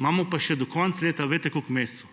Imamo pa še do konca leta, veste, koliko mesecev.